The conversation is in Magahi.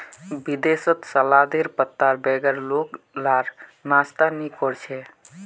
विदेशत सलादेर पत्तार बगैर लोग लार नाश्ता नि कोर छे